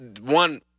one